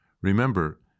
Remember